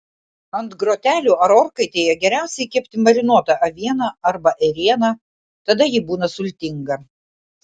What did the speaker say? ant grotelių ar orkaitėje geriausiai kepti marinuotą avieną arba ėrieną tada ji būna sultinga